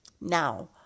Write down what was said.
now